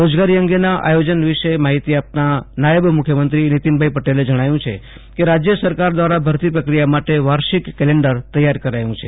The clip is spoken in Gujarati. રોજગારી અંગેના આયોજન વિશે માહીતી આપતા નાયબ મુખ્યમંત્રીશ્રી નીતીનભાઇ પટેલે જણાવ્યું છે કે રાજય સરકાર દ્વારા ભરતી પ્રક્રિયા માટે વાર્ષિક કેલેન્ડર તેયાર કરાયું છે